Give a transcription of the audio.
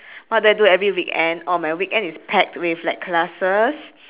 what do I do every weekend oh my weekend is packed with like classes